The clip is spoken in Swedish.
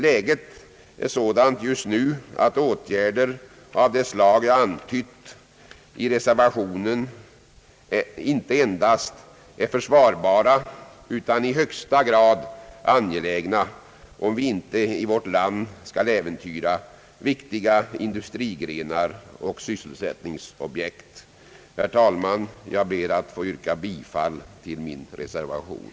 Läget är just nu sådant att åtgärder av det slag jag antytt i reservationen inte endast är försvarbara utan i högsta grad angelägna, om vi inte i vårt land skall äventyra viktiga industrigrenar och sysselsättningsobjekt. Herr talman! Jag ber att få yrka bifall till min reservation.